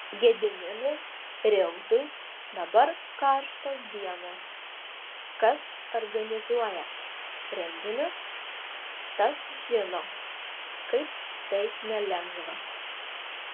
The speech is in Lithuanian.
gediminui reutui dabar karštos dienos kas organizuoja renginius tas žino kaip tai nelengva